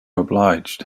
obliged